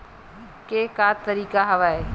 के का तरीका हवय?